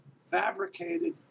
fabricated